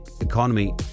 economy